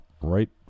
right